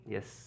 Yes